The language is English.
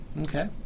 Okay